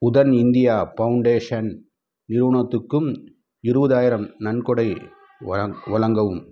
Udaan India foundation நிறுவனத்துக்கும் இருபதாயிரம் நன்கொடை வழங்கவும்